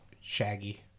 Shaggy